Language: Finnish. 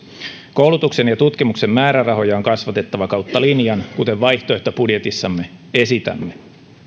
koulutuksen ja tutkimuksen määrärahoja on kasvatettava kautta linjan kuten vaihtoehtobudjetissamme esitämme